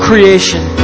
creation